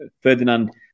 Ferdinand